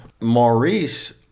Maurice